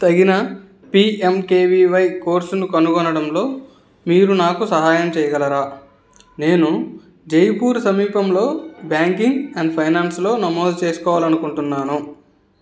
తగిన పీఎమ్కేవివై కోర్సును కనుగొనడంలో మీరు నాకు సహాయం చేయగలరా నేను జైపూర్ సమీపంలో బ్యాంకింగ్ అండ్ ఫైనాన్స్లో నమోదు చేసుకోవాలి అనుకుంటున్నాను